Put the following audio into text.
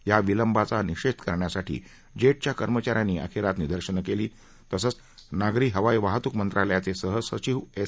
या विलंबाचा निषेध करण्यासाठी जेटच्या कर्मचा यांनी अखेर आज निदर्शनं केली तसंच नागरी हवाई वाहतूक मंत्रालयाचे सहसचिव एस